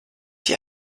die